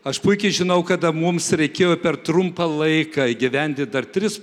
aš puikiai žinau kada mums reikėjo per trumpą laiką įgyvendint dar tris